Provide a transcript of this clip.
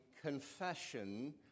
confession